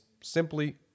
simply